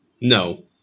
No